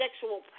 sexual